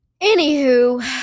Anywho